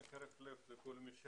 הישיבה ננעלה בשעה